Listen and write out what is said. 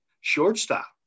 shortstop